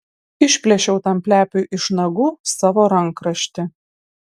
išplėšiau tam plepiui iš nagų savo rankraštį